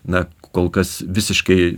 na kol kas visiškai